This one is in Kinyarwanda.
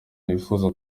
wifuza